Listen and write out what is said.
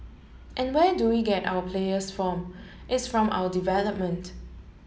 and where do we get our players from it's from our development